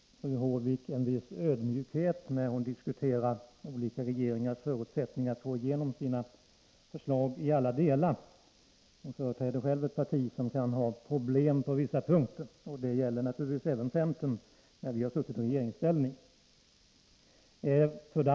Fru talman! Jag skulle vilja rekommendera fru Håvik en viss ödmjukhet när hon diskuterar olika regeringars förutsättningar att få igenom sina förslag i alla delar — det gäller naturligtvis även centern när vi suttit i regeringsställning. Doris Håvik företräder själv ett parti som kan ha problem på vissa punkter.